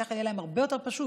ככה יהיה להם הרבה יותר פשוט.